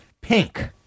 Pink